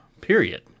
Period